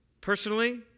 personally